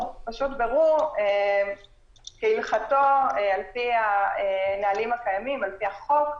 בירור כהלכתו, על פי הנהלים הקיימים, על פי החוק.